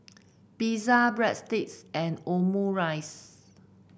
Pizza Breadsticks and Omurice